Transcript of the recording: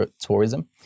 tourism